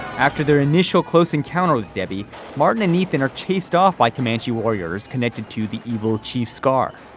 after their initial close encounter with debbie martin and ethan are chased off by comanche warriors connected to the evil chief scar.